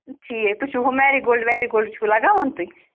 ٹھیٖک تُہۍ چھُو ہُم میری گولڈ ویری گولڈ چھُو لَگاوان تُہۍ